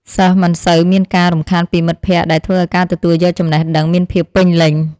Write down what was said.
សិស្សមិនសូវមានការរំខានពីមិត្តភក្តិដែលធ្វើឱ្យការទទួលយកចំណេះដឹងមានភាពពេញលេញ។